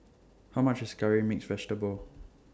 How much IS Curry Mixed Vegetable